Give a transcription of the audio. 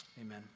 Amen